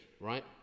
right